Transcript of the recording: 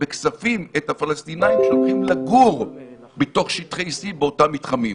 ובכספים את הפלסטינים שהולכים לגור בתוך שטחי C באותם מתחמים.